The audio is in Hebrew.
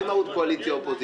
זה המהות של אופוזיציה-קואליציה.